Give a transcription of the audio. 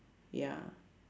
ya